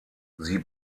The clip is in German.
sie